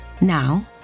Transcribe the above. Now